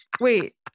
Wait